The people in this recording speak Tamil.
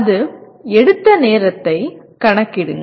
அது எடுத்த நேரத்தை கணக்கிடுங்கள்